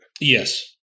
Yes